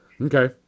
Okay